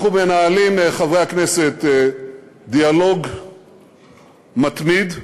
אנחנו מנהלים, חברי הכנסת, דיאלוג מתמיד,